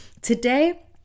today